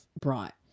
brought